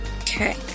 Okay